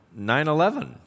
9-11